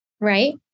Right